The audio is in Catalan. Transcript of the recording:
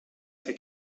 fer